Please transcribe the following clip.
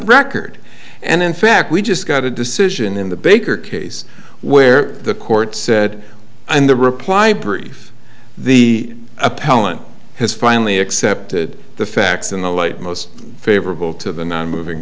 record and in fact we just got a decision in the baker case where the court said and the reply brief the appellant has finally accepted the facts in the light most favorable to the nonmoving